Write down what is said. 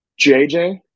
JJ